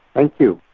thank you.